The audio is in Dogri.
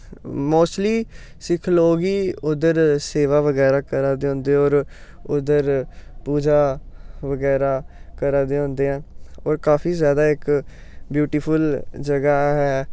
मोस्टली सिक्ख लोग गै उद्धर सेवा बगैरा करा दे होंदे होर उद्धर पूजा बगैरा करा दे होंदे ऐ होर काफी जैदा इक ब्यूटीफुल्ल जगह ऐ